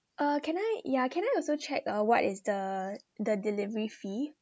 uh can I ya can I also check uh what is the the delivery fee